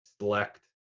select